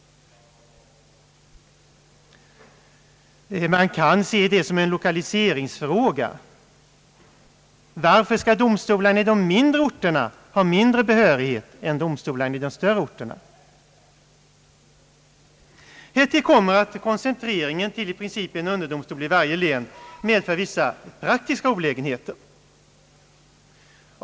Man kan se detta också som en lokaliseringsfråga. Varför skall domstolarna på de mindre orterna ha mindre behörighet än domstolarna på de större orterna? Härtill kommer att en koncentrering till i princip en underdom stol i varje län medför vissa praktiska olägenheter.